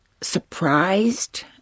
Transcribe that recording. surprised